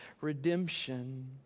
redemption